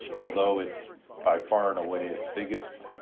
although it's by far and away its biggest,